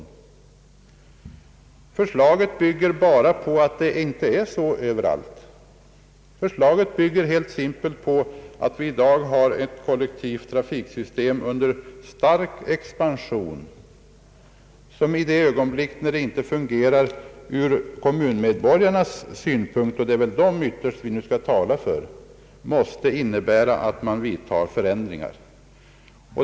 Det föreliggande förslaget har tillkommit därför att förhållandena inte är så tillfredsställande överallt. Det bygger helt simpelt på att vi i dag har ett kollektivt trafiksystem under stark expansion, som i det ögonblick då det inte fungerar ur kommunmedborgarnas synpunkt — och det är väl dem ytterst vi skall tala för — måste ändras.